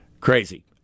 Crazy